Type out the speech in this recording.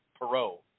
Perot